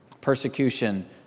Persecution